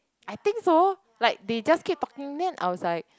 I think so like they just keep talking then I was like